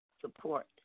support